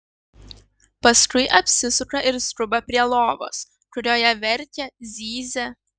paskui apsisuka ir skuba prie lovos kurioje verkia zyzia